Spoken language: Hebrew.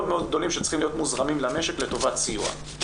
מאוד גדולים שצריכים להיות מוזרמים למשק לטובת סיוע.